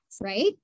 right